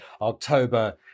October